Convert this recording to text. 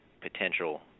potential